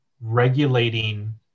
regulating